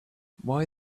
why